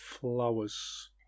Flowers